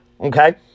Okay